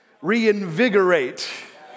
reinvigorate